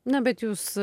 na bet jūs